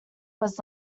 was